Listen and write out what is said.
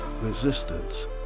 resistance